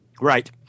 right